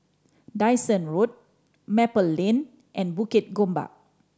Dyson Road Maple Lane and Bukit Gombak